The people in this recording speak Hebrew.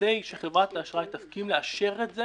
כדי שחברת האשראי תסכים לאשר את זה